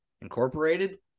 Incorporated